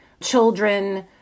children